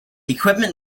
equipment